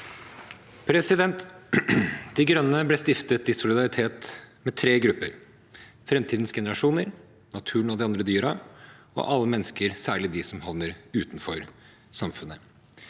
tiet De Grønne ble stiftet i solidaritet med tre grupper: framtidens generasjoner, naturen og de andre dyrene og alle mennesker, særlig dem som havner utenfor samfunnet.